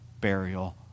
burial